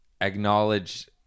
acknowledge